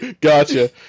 Gotcha